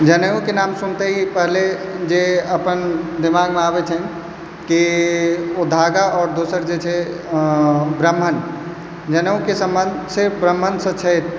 जनेऊके नाम सुनते ही पहिले जे अपन दिमागमे आबै छन्हि कि ओ धागा आओर दोसर जे छै ब्राह्मण जनेऊके सम्बम्ध सिर्फ ब्राह्मणसँ छै